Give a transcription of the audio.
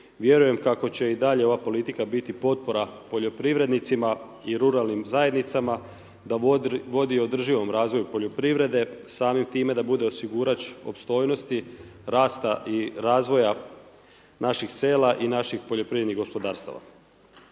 vjerujem kako će i dalje ova politika biti potpora poljoprivrednicima i ruralnim zajednicama da vodi održivom razvoju poljoprivrede, samim time da bude osigurač opstojnosti, rasta i razvoja napih sela i naših poljoprivrednih gospodarstva.